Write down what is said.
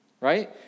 right